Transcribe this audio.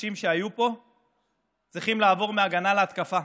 הקשים שהיו פה צריכים לעבור מהגנה להתקפה,